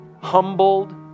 humbled